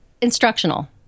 instructional